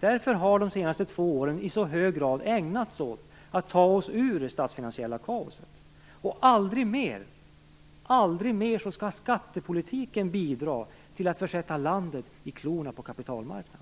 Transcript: Därför har de senaste två åren i så hög grad ägnats åt att ta oss ur det statsfinansiella kaoset. Aldrig mer skall skattepolitiken bidra till att försätta landet i klorna på kapitalmarknaden!